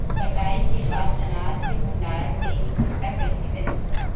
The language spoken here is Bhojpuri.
कटाई के बाद अनाज के भंडारण में इकठ्ठा कइसे करी?